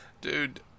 dude